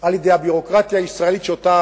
על-ידי הביורוקרטיה הישראלית.